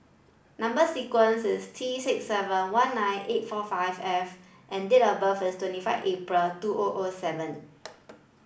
number sequence is T six seven one nine eight four five F and date of birth is twenty five April two O O seven